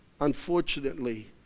Unfortunately